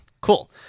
Cool